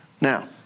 Now